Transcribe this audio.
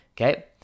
Okay